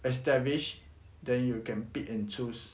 established then you can pick and choose